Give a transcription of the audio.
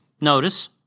Notice